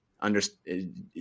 understand